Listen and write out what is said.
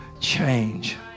change